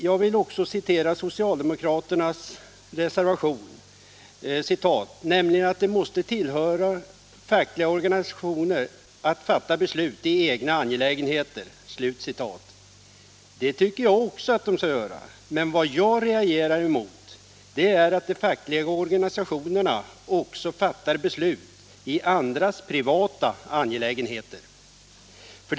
Jag vill också citera socialdemokraternas reservation, där det står att ”det måste tillkomma fackliga organisationer att fatta beslut i egna angelägenheter”. Det tycker jag också, men vad jag reagerar emot är att de fackliga organisationerna även fattar beslut i andras privata angelägenheter.